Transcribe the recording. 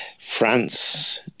France